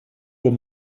uhr